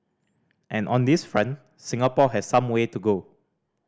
and on this front Singapore has some way to go